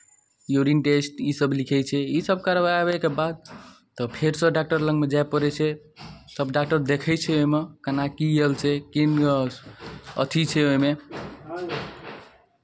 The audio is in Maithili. यूरीन टेस्ट इसभ लिखै छै इसभ करवाबैके बाद तब फेरसँ डॉक्टर लगमे जाए पड़ै छै तब डॉक्टर देखै छै एहिमे केना की आएल छै की नहि अथी छै ओहिमे